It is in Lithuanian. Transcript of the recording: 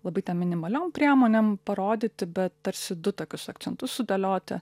labai ten minimaliom priemonėm parodyti bet tarsi du tokius akcentus sudėlioti